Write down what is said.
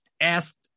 asked